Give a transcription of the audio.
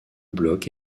bloc